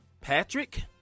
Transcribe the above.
Patrick